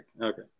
Okay